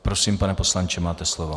Prosím, pane poslanče, máte slovo.